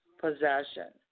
possession